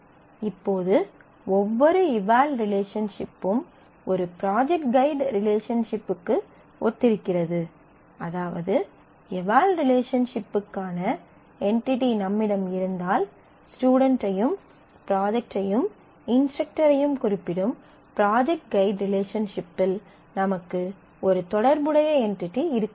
இப்போது ஒவ்வொரு எவல் ரிலேஷன்ஷிப்பும் ஒரு ப்ராஜெக்ட் ஃகைட் ரிலேஷன்ஷிப்க்கு ஒத்திருக்கிறது அதாவது எவல் ரிலேஷன்ஷிப்க்கான என்டிடி நம்மிடம் இருந்தால் ஸ்டுடென்ட்டையும் ப்ராஜெக்ட்டையும் இன்ஸ்ட்ரக்டரையும் குறிப்பிடும் ப்ராஜெக்ட் ஃகைட் ரிலேஷன்ஷிப்பில் நமக்கு ஒரு தொடர்புடைய என்டிடி இருக்க வேண்டும்